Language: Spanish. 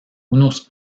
unos